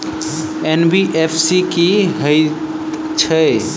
NBFC की हएत छै?